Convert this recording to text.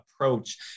approach